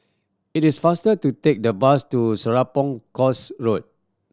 it is faster to take the bus to Serapong Course Road